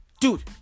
Dude